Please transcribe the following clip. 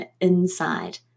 inside